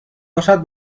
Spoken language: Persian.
باشد